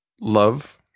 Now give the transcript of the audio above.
love